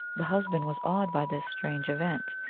the husband was awed by this strange event.